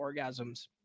orgasms